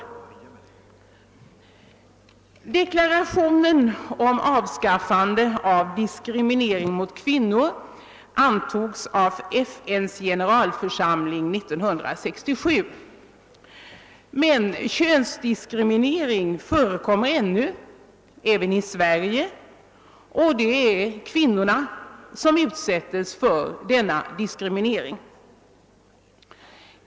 Deklarationen om avskaffande av diskriminering mot kvinnor antogs av FN:s generalförsamling 1967. Men könsdiskriminering förekommer ännu även i Sverige, och det är kvinnorna som utsättes för denna diskriminering.